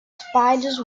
spiders